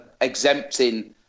exempting